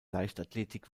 leichtathletik